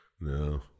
no